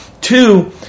Two